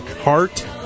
Heart